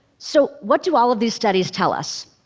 so what do all of these studies tell us?